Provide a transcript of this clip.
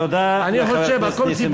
תודה לחבר הכנסת נסים זאב.